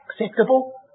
acceptable